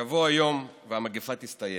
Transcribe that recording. שיבוא היום והמגפה תסתיים.